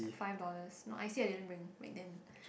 five dollarsno I_C I didn't bring back then